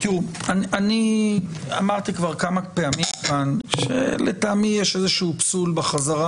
אני אמרתי שלטעמי יש איזשהו פסול בחזרה